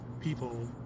people